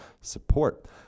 support